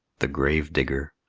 the gravedigger